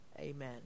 Amen